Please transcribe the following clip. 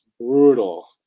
brutal